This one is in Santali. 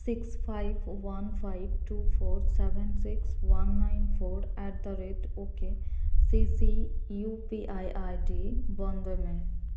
six five one five two four seven six one nine four at the rate okay C C U P I ID ᱵᱚᱱᱫᱚᱭ ᱢᱮ